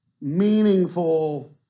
meaningful